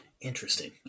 Interesting